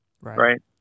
right